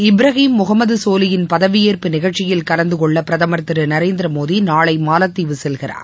இப்ராகிம் முகமதுசோலி யின் பதவியேற்பு நிகழ்ச்சியில் கலந்துகொள்ளபிரதமர் திருநரேந்திரமோடிநாளைமாலத்தீவு செல்கிறார்